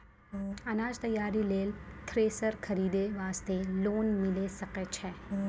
अनाज तैयारी लेल थ्रेसर खरीदे वास्ते लोन मिले सकय छै?